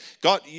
God